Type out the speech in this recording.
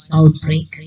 outbreak